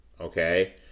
okay